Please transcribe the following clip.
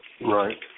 Right